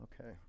Okay